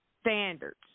standards